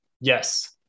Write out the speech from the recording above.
Yes